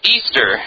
Easter